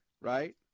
right